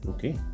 Okay